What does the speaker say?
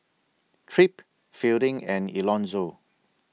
Tripp Fielding and Elonzo